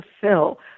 fulfill